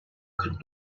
kırk